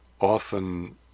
often